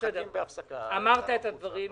אמרת את הדברים.